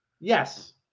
yes